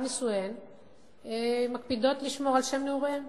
שלאחר נישואיהן מקפידות על שם נעוריהן